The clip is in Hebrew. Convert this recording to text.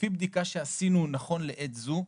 לפי בדיקה שעשינו נכון לעת הזו,